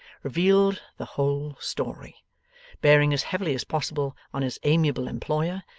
revealed the whole story bearing as heavily as possible on his amiable employer,